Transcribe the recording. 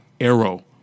arrow